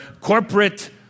corporate